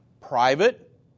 private